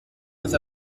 with